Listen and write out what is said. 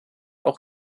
auch